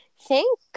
thank